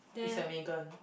it's like Megan